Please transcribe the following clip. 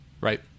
Right